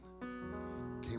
came